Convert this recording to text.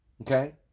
okay